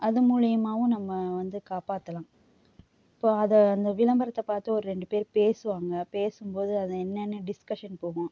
அது மூலியமாகவும் நம்ம வந்து காப்பாற்றலாம் இப்போ அதை அந்த விளம்பரத்தை பார்த்து ஒரு ரெண்டு பேரு பேசுவாங்க பேசும்போது அது என்னன்னு டிஸ்கஷன் போகும்